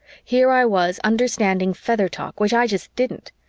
here i was understanding feather-talk, which i just didn't,